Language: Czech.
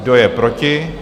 Kdo je proti?